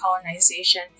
colonization